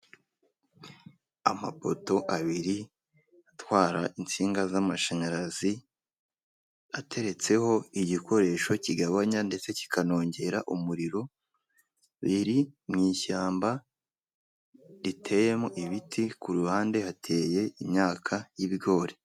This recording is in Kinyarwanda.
Amapoto abiri atwara insinga z'amashanyarazi ateretseho igikoresho kigabanya ndetse kikanongera umuriro, biri mu ishyamba riteyemo ibiti ku ruhande hateye imyaka y'ibigori.